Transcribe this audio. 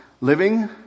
living